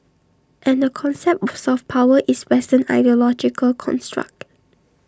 and the concept of soft power is western ideological construct